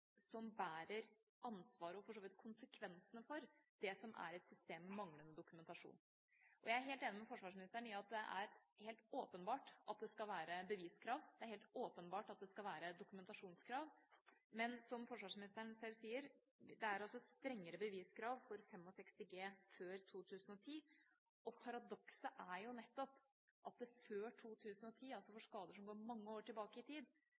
som bærer ansvaret – og for så vidt konsekvensene – for det som er et system med manglende dokumentasjon. Jeg er helt enig med forsvarsministeren i at det er helt åpenbart at det skal være beviskrav, det er helt åpenbart at det skal være dokumentasjonskrav, men, som forsvarsministeren sjøl sier, det er altså strengere beviskrav for 65 G før 2010. Paradokset er jo at før 2010, altså for skader som går mange år tilbake i tid,